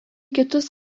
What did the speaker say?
kitus